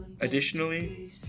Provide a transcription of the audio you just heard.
Additionally